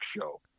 show